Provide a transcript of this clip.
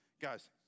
Guys